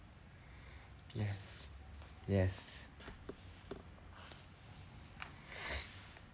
yes yes